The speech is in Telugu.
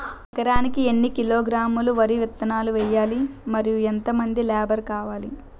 ఎకరానికి ఎన్ని కిలోగ్రాములు వరి విత్తనాలు వేయాలి? మరియు ఎంత మంది లేబర్ కావాలి?